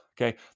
okay